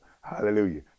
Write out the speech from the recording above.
Hallelujah